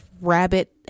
rabbit